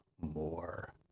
more